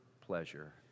pleasure